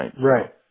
right